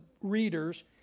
readers